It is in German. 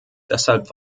deshalb